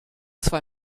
zwei